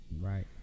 Right